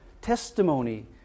testimony